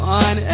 on